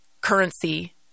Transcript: currency